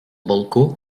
balcó